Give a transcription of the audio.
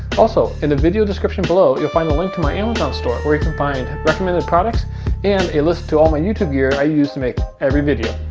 also, in the video description below, you'll find the link to my amazon store, where you can find recommended products and a list to all my youtube gear i use to make every video.